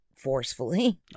forcefully